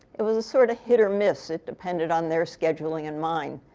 it was a sort of hit or miss. it depended on their scheduling and mine.